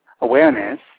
awareness